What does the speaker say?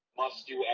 must-do